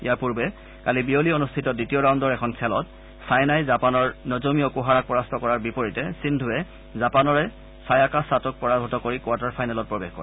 ইয়াৰ পূৰ্বে কালি বিয়লি অনুষ্ঠিত দ্বিতীয় ৰাউণ্ডৰ এখন খেলত ছাইনাই জাপানৰ ন'জ'মি অকুহাৰাক পৰাস্ত কৰাৰ বিপৰীতে সিন্ধুৰে জাপনৰে ছায়াকা ছাটোক পৰাভূত কৰি কোৱাৰ্টাৰ ফাইনেলত প্ৰৱেশ কৰে